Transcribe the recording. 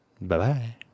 Bye-bye